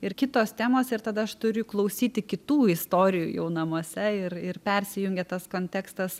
ir kitos temos ir tada aš turi klausyti kitų istorijų jau namuose ir ir persijungia tas kontekstas